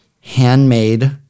handmade